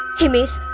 himesh